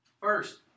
First